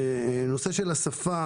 נושא השפה